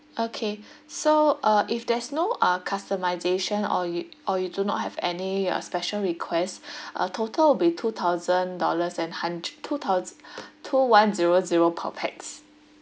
okay so uh if there's no uh customisation or you or you do not have any uh special request uh total will be two thousand dollars and hunche~ two thousand two one zero zero per pax